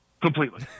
Completely